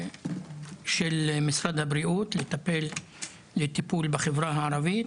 של משרד הבריאות לטיפול בחברה הערבית,